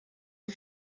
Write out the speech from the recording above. der